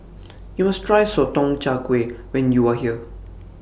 YOU must Try Sotong Char Kway when YOU Are here